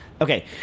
Okay